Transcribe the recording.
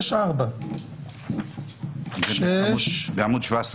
סעיף 6, 4. זה לעניין האזרחים הוותיקים.